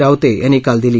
रावते यांनी काल दिली